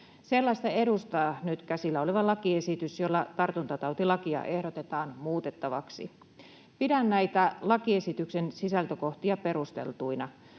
Sellaista edustaa nyt käsillä oleva lakiesitys, jolla tartuntatautilakia ehdotetaan muutettavaksi. Pidän näitä lakiesityksen sisältökohtia perusteltuina.